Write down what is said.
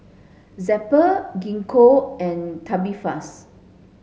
Zappy Gingko and Tubifast